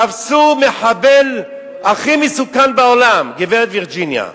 תפסו מחבל הכי מסוכן בעולם, גברת וירג'יניה.